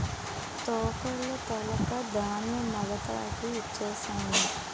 తూకాలు తెలక ధాన్యం మగతాకి ఇచ్ఛేససము